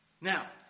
Now